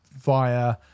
via